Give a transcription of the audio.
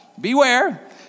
beware